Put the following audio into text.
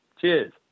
Cheers